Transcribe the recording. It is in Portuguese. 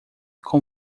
com